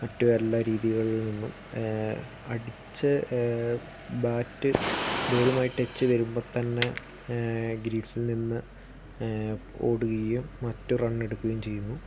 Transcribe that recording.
മറ്റു എല്ലാ രീതികളിൽ നിന്നും അടിച്ച ബാറ്റ് ബോളുമായി ടച്ച് വരുമ്പോൾ തന്നെ ക്രീസിൽ നിന്നു ഓടുകയും മറ്റു റൺ എടുക്കുകയും ചെയ്യുന്നു